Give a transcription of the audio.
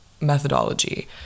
methodology